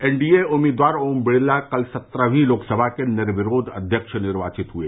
NDA उम्मीदवार ओम बिड़ला कल सत्रहवीं लोकसभा के निर्विरोध अध्यक्ष निर्वाचित हुए